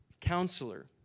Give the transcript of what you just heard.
counselor